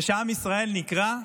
וכשעם ישראל נקרע,